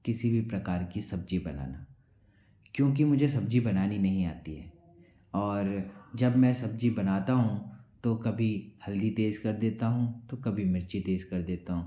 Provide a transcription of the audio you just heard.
किसी भी प्रकार की सब्ज़ी बनाना क्योंकि मुझे सब्ज़ी बनानी नहीं आती है और जब मैं सब्ज़ी बनाता हूँ तो कभी हल्दी तेज़ कर देता हूँ तो कभी मिर्ची तेज़ कर देता हूँ